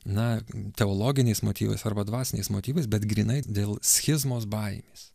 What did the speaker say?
na teologiniais motyvais arba dvasiniais motyvais bet grynai dėl schizmos baimės